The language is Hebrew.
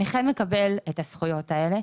ברוב הזמן הנכה מקבל את הזכויות האלה,